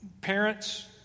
Parents